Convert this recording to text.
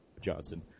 Johnson